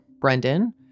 Brendan